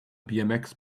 bmx